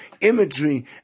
imagery